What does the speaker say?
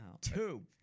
Two